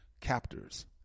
captors